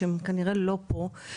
הם כנראה לא פה,